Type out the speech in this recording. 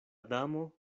damo